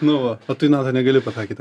nu va o tu į natą negali pataikyti